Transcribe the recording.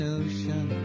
ocean